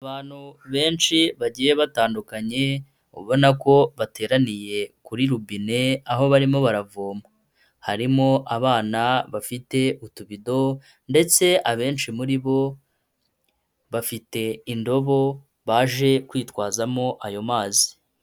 Abantu benshi bagiye batandukanye ubona ko bateraniye kuri robine aho barimo baravoma, harimo abana bafite utubido ndetse abenshi muri bo, bafite indobo baje kwitwazamo ayo mazi.